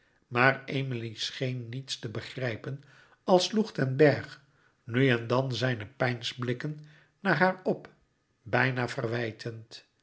maar emilie scheen niets te begrijpen al sloeg den bergh nu en dan zijne peinsblikken naar haar op bijna verwijtend